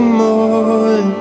more